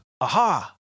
Aha